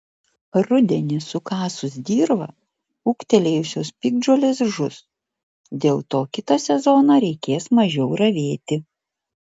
rudenį sukasus dirvą ūgtelėjusios piktžolės žus dėl to kitą sezoną reikės mažiau ravėti